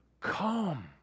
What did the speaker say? come